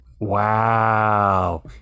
Wow